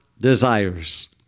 desires